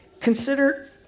consider